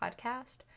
podcast